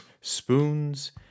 spoons